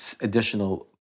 additional